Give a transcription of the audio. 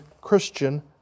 Christian